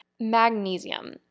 Magnesium